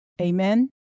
Amen